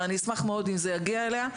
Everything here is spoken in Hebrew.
אבל אני אשמח מאוד אם זה יגיע אליה,